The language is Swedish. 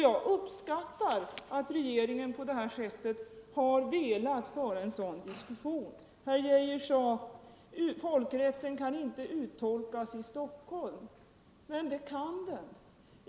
Jag uppskattar att regeringen på detta sätt har velat föra en sådan diskussion. Herr Geijer sade att folkrätten kan inte uttolkas i Stockholm. Men det kan den.